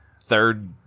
third